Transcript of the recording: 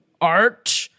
art